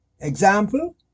Example